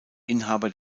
inhaber